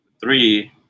three